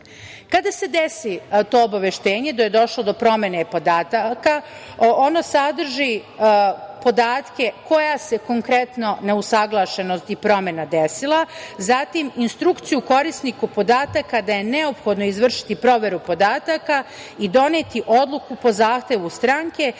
radu. Kada se desi to obaveštenje da je došlo do promene podataka ono sadrži podatke koja se konkretno neusaglšenosti promena desila, zatim instrukciju korisnika podataka da je neophodno izvršiti proveru podataka i doneti odluku po zahtevu stranke